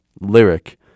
lyric